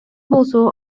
болсо